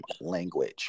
language